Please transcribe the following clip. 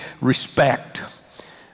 respect